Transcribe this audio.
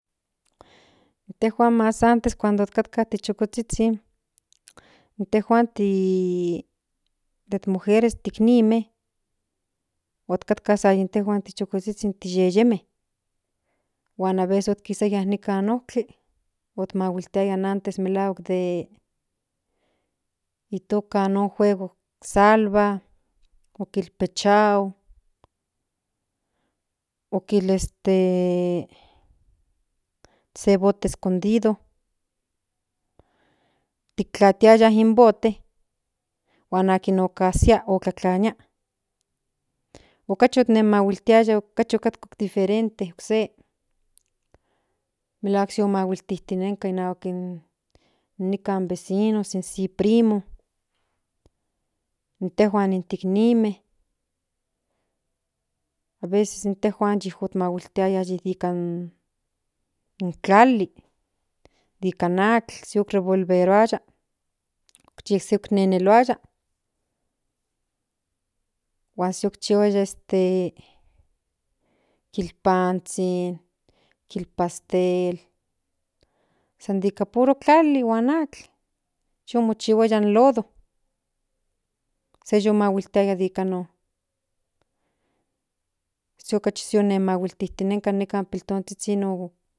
Intejuan mas antes cuando otkatka ti zhuzkuzhizhin tejuan ti mujeres tik nimen otkatka sa yintejuan ti zhukuzhizhin ti yeyemen hua aveses otkisaya onpa otkli otmahiltiaya antes den itoka salva okil pechao okil este se bote escondido tikklatiaya in vote huan akin okasia otlatlania okachi otkatka diferente okse melahuak se okantijka inahuak in nikan vecinos se primo intejuan in tik nime aveces intejuan okimahuiltiaya nikan trompo o in tlali nikan atl yu revolveruaya yik se oneneluaya huan sek okchihuaya okse de kilpanzhin de pastel nika puro tlali huan atl yu mochihuaya in lodo se yi mahuiltiaya de ika non okachi omahuiltitinnenka den nikan pipiltonzhizhin.